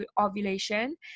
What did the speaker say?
ovulation